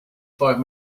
five